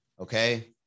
okay